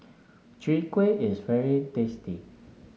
Chwee Kueh is very tasty